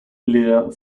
lear